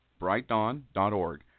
brightdawn.org